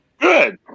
Good